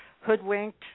Hoodwinked